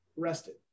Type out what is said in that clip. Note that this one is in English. arrested